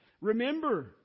Remember